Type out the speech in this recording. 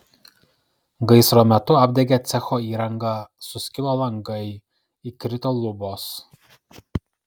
gaisro metu apdegė cecho įranga suskilo langai įkrito lubos